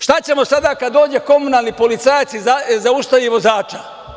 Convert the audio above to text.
Šta ćemo sada kada dođe komunalni policajac i zaustavi vozača?